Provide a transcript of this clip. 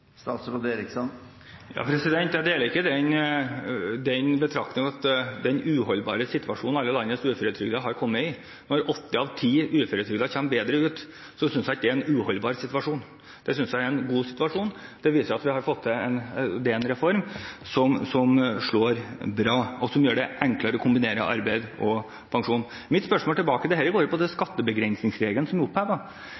Jeg deler ikke betraktningen at det er en uholdbar situasjon som alle landets uføretrygdede har kommet i. Når åtte av ti uføretrygdede kommer bedre ut, synes jeg ikke at det er en uholdbar situasjon. Jeg synes det er en god situasjon. Det viser at det er en reform som slår bra, og som gjør det enklere å kombinere arbeid og pensjon. Dette går på skattebegrensningsregelen som er opphevet. Jeg har et spørsmål tilbake. Det er et samlet storting som